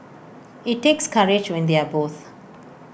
IT takes courage when they are both